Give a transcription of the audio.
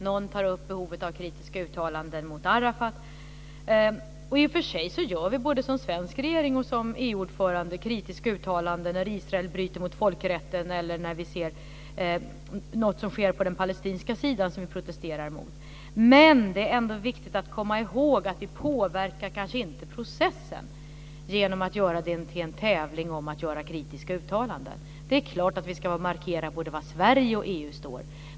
Någon tar upp behovet av kritiska uttalanden mot Arafat. Och i och för sig gör vi både som svensk regering och som EU-ordförande kritiska uttalanden när Israel bryter mot folkrätten eller när vi ser något som sker på den palestinska sidan som vi protesterar mot. Men det är ändå viktigt att komma ihåg att vi kanske inte påverkar processen genom att göra den till en tävling om att göra kritiska uttalanden. Det är klart att vi ska markera både var Sverige och EU står.